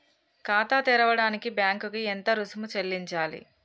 ఖాతా తెరవడానికి బ్యాంక్ కి ఎంత రుసుము చెల్లించాలి?